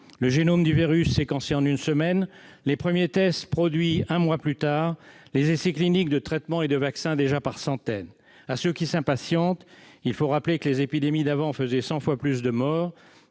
le génome du virus séquencé en une semaine, les premiers tests produits un mois plus tard, les essais cliniques de traitements et de vaccins déjà par centaines. À ceux qui s'impatientent, il faut rappeler que les épidémies d'avant faisaient cent fois plus de morts,